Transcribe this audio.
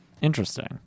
interesting